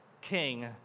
king